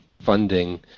funding